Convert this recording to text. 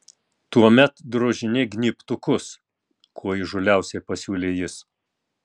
tuomet drožinėk gnybtukus kuo įžūliausiai pasiūlė jis